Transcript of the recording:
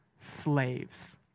slaves